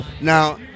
Now